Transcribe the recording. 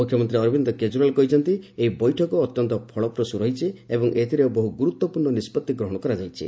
ମୁଖ୍ୟମନ୍ତ୍ରୀ ଅରବିନ୍ଦ କେକିରିଓ୍ବାଲ କହିଛନ୍ତି ଏହି ବୈଠକ ଅତ୍ୟନ୍ତ ଫଳପ୍ରସ୍ ରହିଛି ଏବଂ ଏଥିରେ ବହୁ ଗୁରୁଡ୍ପୂର୍ଣ୍ଣ ନିଷ୍ପଭି ଗ୍ରହଣ କରାଯାଇଛି